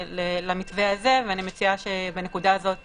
למתווה הזה, ואני מציעה שבנקודה הזאת